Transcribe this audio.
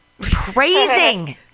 praising